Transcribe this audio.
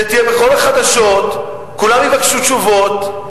שתהיה בכל החדשות, וכולם יבקשו תשובות.